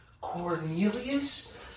Cornelius